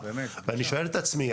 ואני שואל את עצמי,